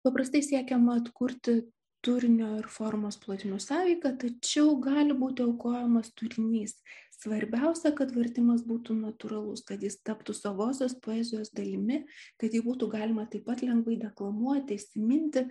paprastai siekiama atkurti turinio ir formos plotmių sąveiką tačiau gali būti aukojamas turinys svarbiausia kad vertimas būtų natūralus kad jis taptų savosios poezijos dalimi kad jį būtų galima taip pat lengvai deklamuoti įsiminti